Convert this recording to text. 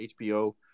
HBO